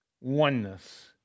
Oneness